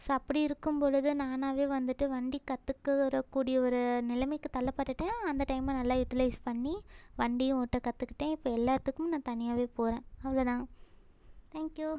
so அப்படி இருக்கும்பொழுது நானாகவே வந்துட்டு வண்டி கற்றுக்குறக்கூடிய ஒரு நிலைமைக்கு தள்ளப்பட்டுவிட்டேன் அந்த டைமை நல்லா யுட்டிலைஸ் பண்ணி வண்டியும் ஓட்ட கற்றுக்கிட்டேன் இப்போ எல்லா இடத்துக்கும் நான் தனியாகவே போகிறேன் அவ்வளோ தான் தேங்க் யூ